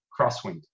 crosswind